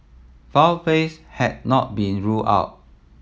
foul plays has not been ruled out